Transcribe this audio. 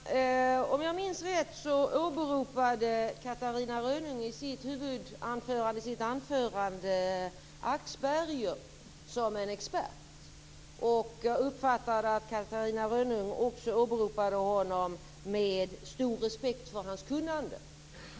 Herr talman! Om jag minns rätt åberopade Catarina Rönnung i sitt anförande Axberger som en expert. Jag uppfattade att Catarina Rönnung också åberopade honom med stor respekt för hans kunnande.